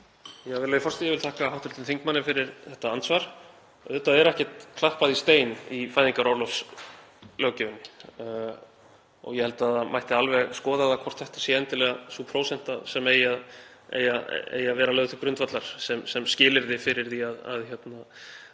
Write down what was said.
Virðulegi forseti. Ég vil þakka hv. þingmanni fyrir þetta andsvar. Auðvitað er ekkert klappað í stein í fæðingarorlofslöggjöfinni og ég held að það mætti alveg skoða hvort þetta sé endilega sú prósenta sem eigi að vera lögð til grundvallar sem skilyrði fyrir því að